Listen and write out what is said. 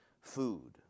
food